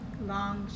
Long